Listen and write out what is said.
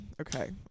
okay